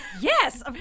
Yes